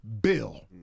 Bill